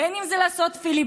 בין אם זה לעשות פיליבסטר,